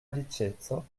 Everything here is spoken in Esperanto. riĉeco